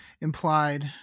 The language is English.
implied